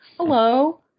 hello